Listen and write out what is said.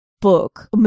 book